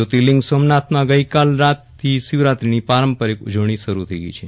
જ્યોર્તિલિંગ સોમનાથમાં ગઈકાલથી શિવરાત્રીની પારંપરિક ઉજવણી શરૂ થઈ ગઈ છે